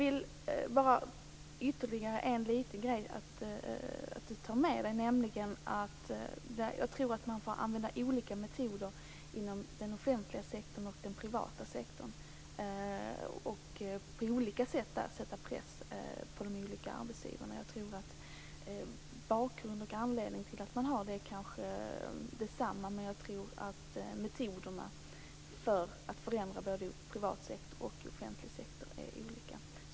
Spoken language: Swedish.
Det är ytterligare en sak som jag vill att statsrådet tar med sig, nämligen att jag tror att man får använda olika metoder inom den offentliga respektive den privata sektorn och på olika sätt sätta press på arbetsgivarna. Bakgrunden är kanske densamma, men jag tror att metoderna för att förändra är olika för den privata respektive den offentliga sektorn.